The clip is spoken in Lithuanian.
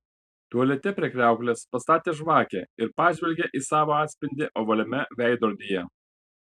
tualete prie kriauklės pastatė žvakę ir pažvelgė į savo atspindį ovaliame veidrodyje